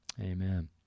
Amen